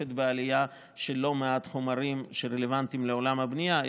משתקפת בעלייה של לא מעט חומרים שרלוונטיים לעולם הבנייה,